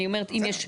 בסדר.